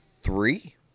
three